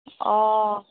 অ